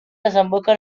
desemboca